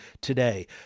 today